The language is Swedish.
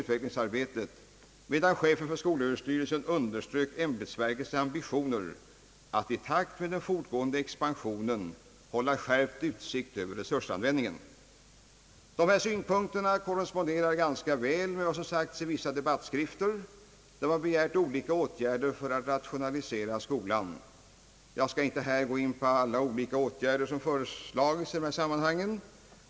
Utbildningsdepartementet svarar för Övrigt för en av de mest omfattande huvudtitlarna i statsverkspropositionen, och det hedrar socialdemokratin att man har fört upp just undervisningshuvudtiteln på denna höga nivå. Dessa synpunkter korresponderar ganska väl med vad som sagts i vissa debattskrifter där man begärt olika åtgärder för att rationalisera skolan. Jag skall inte gå in på alla olika åtgärder som föreslagits i dessa sammanhang.